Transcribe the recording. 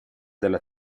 della